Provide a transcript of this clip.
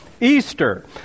Easter